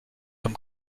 from